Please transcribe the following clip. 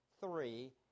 three